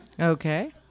Okay